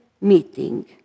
meeting